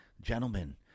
Gentlemen